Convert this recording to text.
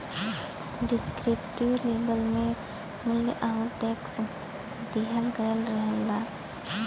descriptive label में मूल्य आउर टैक्स दिहल गयल रहला